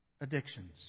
addictions